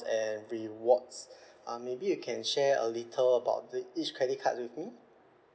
and rewards um maybe you can share a little about th~ each credit card with me